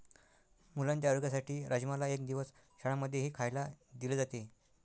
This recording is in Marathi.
मुलांच्या आरोग्यासाठी राजमाला एक दिवस शाळां मध्येही खायला दिले जाते